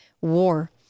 war